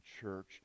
church